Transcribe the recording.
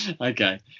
Okay